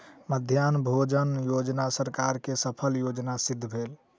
मध्याह्न भोजन योजना सरकार के सफल योजना सिद्ध भेल